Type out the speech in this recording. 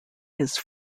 his